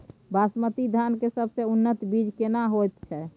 बासमती धान के सबसे उन्नत बीज केना होयत छै?